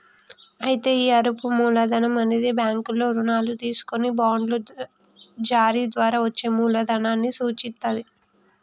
అయితే ఈ అరువు మూలధనం అనేది బ్యాంకుల్లో రుణాలు తీసుకొని బాండ్లు జారీ ద్వారా వచ్చే మూలదనాన్ని సూచిత్తది